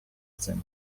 цим